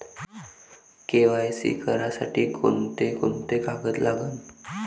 KYC करासाठी कोंते कोंते कागद लागन?